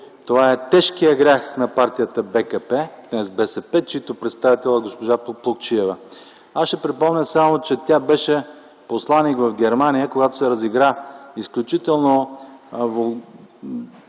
Това е тежкият грях на партията БКП, днес БСП, чийто представител е госпожа Плугчиева. Аз ще припомня само, че тя беше посланик в Германия, когато се разигра изключително